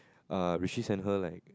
uh send her like